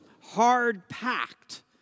hard-packed